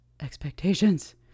expectations